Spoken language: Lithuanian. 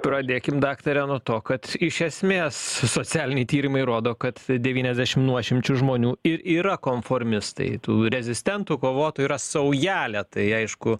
pradėkim daktare nuo to kad iš esmės socialiniai tyrimai rodo kad devyniasdešim nuošimčių žmonių ir yra konformistai tų rezistentų kovotojų yra saujelė tai aišku absoliučiai